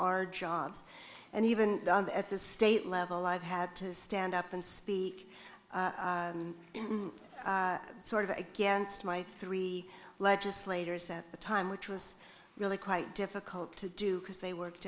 our jobs and even at the state level i've had to stand up and speak sort of against my three legislators at the time which was really quite difficult to do because they worked